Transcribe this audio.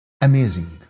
amazing